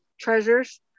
Treasures